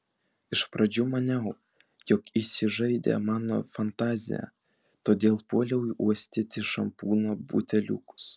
iš pradžių maniau jog įsižaidė mano fantazija todėl puoliau uostyti šampūno buteliukus